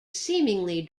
seemingly